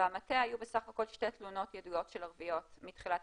במטה היו בסך הכול שתי תלונות של ערביות מתחילת